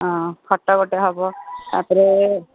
ହଁ ଖଟ ଗୋଟେ ହେବ ତାପରେ